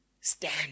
stand